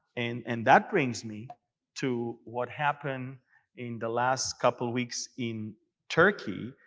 and and that brings me to what happened in the last couple weeks in turkey.